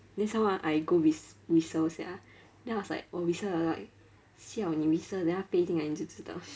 then some more ah I go whis~ whistle sia then I was like 我 whistle ah like siao 你 whistle then 它飞进来你就知道